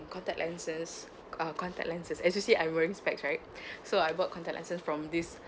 contact lenses uh contact lenses especially I'm wearing specs right so I bought contact lenses from this